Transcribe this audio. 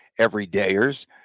everydayers